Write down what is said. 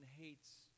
hates